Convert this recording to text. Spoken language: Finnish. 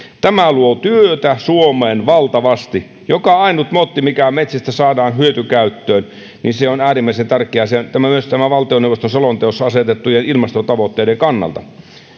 tämä luo työtä suomeen valtavasti joka ainut motti mikä metsistä saadaan hyötykäyttöön on äärimmäisen tärkeä ja myös näiden valtioneuvoston selonteossa asetettujen ilmastotavoitteiden kannalta